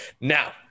Now